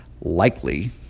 likely